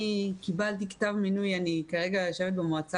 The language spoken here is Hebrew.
קיבלתי כתב מינוי וכרגע אני יושבת במועצה